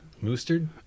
Mustard